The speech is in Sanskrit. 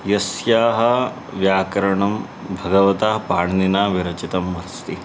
यस्याः व्याकरणं भगवतः पाणिनिना विरचितम् अस्ति